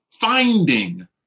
finding